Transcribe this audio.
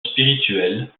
spirituelle